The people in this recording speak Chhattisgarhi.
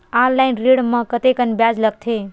ऑनलाइन ऋण म कतेकन ब्याज लगथे?